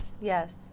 yes